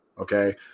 Okay